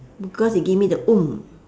because it give me the